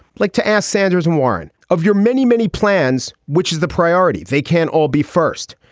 like to ask sanders and warren of your many, many plans. which is the priority. they can't all be first.